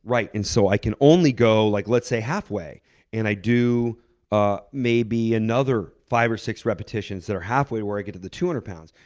right. and so, i can only go, like, let's say halfway and i do ah maybe another five or six repetitions that are halfway to where i get to the two hundred pounds.